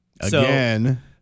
Again